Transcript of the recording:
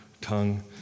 tongue